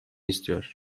istiyor